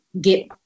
get